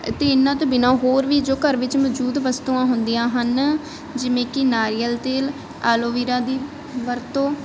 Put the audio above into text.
ਅਤੇ ਇਹਨਾਂ ਤੋਂ ਬਿਨਾਂ ਹੋਰ ਵੀ ਜੋ ਘਰ ਵਿੱਚ ਮੌਜੂਦ ਵਸਤੂਆਂ ਹੁੰਦੀਆਂ ਹਨ ਜਿਵੇਂ ਕਿ ਨਾਰੀਅਲ ਤੇਲ ਐਲੋਵੀਰਾ ਦੀ ਵਰਤੋਂ